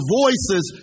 voices